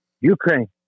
Ukraine